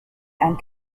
and